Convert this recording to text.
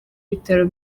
bitaro